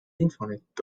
infonet